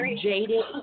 jaded